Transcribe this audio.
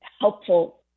helpful